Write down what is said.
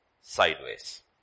sideways